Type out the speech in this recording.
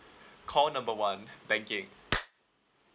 call number one banking